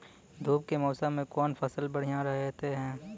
धूप के मौसम मे कौन फसल बढ़िया रहतै हैं?